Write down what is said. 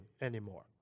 anymore